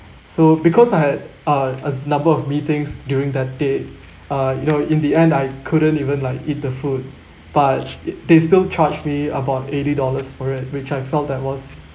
so because I had uh a number of meetings during that date uh you know in the end I couldn't even like eat the food but they still charged me about eighty dollars for it which I felt that was